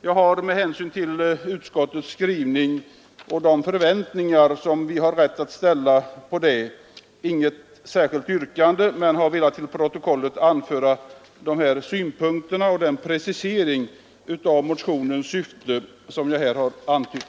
Jag har med hänsyn till utskottets skrivning och de förväntningar som vi har rätt att ställa på den inget särskilt yrkande, men jag har till protokollet velat anföra dessa synpunkter och den precisering av motionens syfte som jag här har antytt.